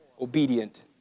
obedient